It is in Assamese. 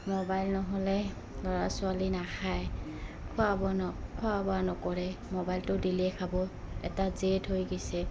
মোবাইল নহ'লে ল'ৰা ছোৱালী নাখায় খোৱা বোৱা ন খোৱা বোৱা নকৰে মোবাইলটো দিলেইে খাব এটা জেদ হৈ গৈছে